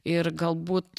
ir galbūt